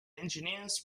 engineers